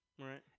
right